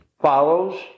follows